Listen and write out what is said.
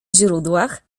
źródłach